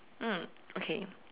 mm okay